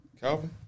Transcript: Calvin